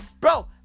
bro